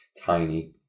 tiny